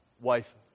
wife